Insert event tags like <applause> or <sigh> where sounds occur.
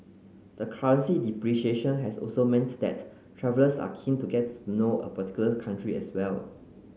the currency depreciation has also <unintelligible> that travellers are keen to gets to know a particular country as well